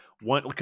one